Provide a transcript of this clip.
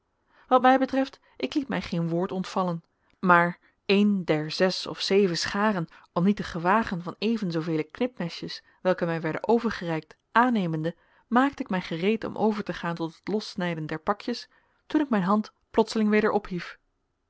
wat mij betreft ik liet mij geen woord ontvallen maar een der zes of zeven scharen om niet te gewagen van even zoovele knipmesjes welke mij werden overgereikt aannemende maakte ik mij gereed om over te gaan tot het lossnijden der pakjes toen ik mijn hand plotseling weder